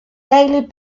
daily